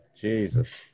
Jesus